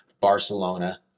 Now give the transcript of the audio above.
Barcelona